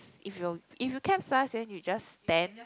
if you if you capsize then you just stand